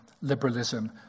liberalism